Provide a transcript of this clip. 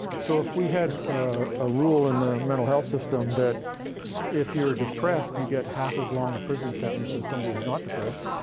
so if we had a rule in the mental health system that if you're depressed, you get half as long a prison sentence as somebody who's not depressed,